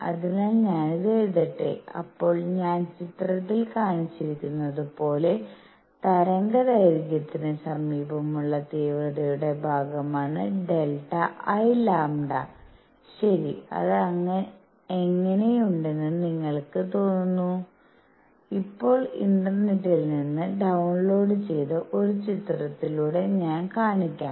അതിനാൽ ഞാനിത് എഴുതട്ടെ അപ്പോൾ ഞാൻ ചിത്രത്തിൽ കാണിച്ചിരിക്കുന്നതുപോലെ തരംഗദൈർഘ്യത്തിന് സമീപമുള്ള തീവ്രതയുടെ ഭാഗമാണ് Δ I λ ശരി അത് എങ്ങനെയുണ്ടെന്ന് നിങ്ങൾക് തോന്നുന്നത് ഇപ്പോൾ ഇന്റർനെറ്റിൽ നിന്ന് ഡൌൺലോഡ് ചെയ്ത ഒരു ചിത്രത്തിലൂടെ ഞാൻ കാണിക്കാം